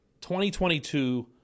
2022